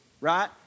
right